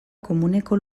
komuneko